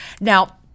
Now